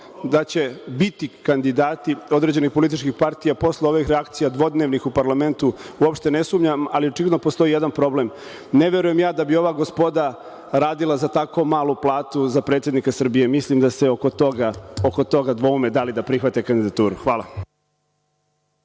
da će biti kandidati određene političke partije, posle ovih reakcija, dvodnevnih u parlamentu, uopšte ne sumnjam, ali očigledno postoji jedan problem. Ne verujem ja da i bi ova gospoda radila za tako malo platu za predsednika Srbije, mislim da se oko toga dvoume da li da prihvate kandidaturu. Hvala.